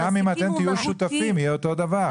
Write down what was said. גם אם אתם תהיו שותפים יהיה אותו דבר.